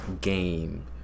game